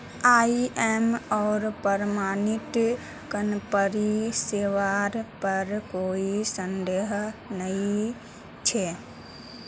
ISO प्रमाणित कंपनीर सेवार पर कोई संदेह नइ छ